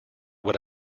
what